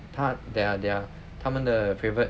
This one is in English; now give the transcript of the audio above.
他 their their 他们的 favourite